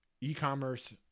e-commerce